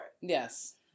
Yes